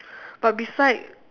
but beside